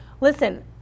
Listen